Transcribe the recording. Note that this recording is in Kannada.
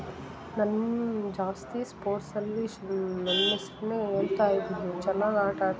ನನ್ನ ಜಾಸ್ತಿ ಸ್ಪೋರ್ಟ್ಸ್ಲ್ಲಿ ನನ್ನ ಹೆಸ್ರನ್ನೇ ಹೇಳ್ತಾ ಇದ್ದಿದ್ದು ಚೆನ್ನಾಗಿ ಆಟಾಡ್ತಿ